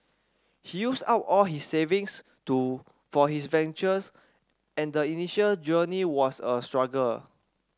he used up all his savings to for his ventures and the initial journey was a struggle